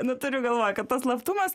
nu turiu galvoj kad tas slaptumas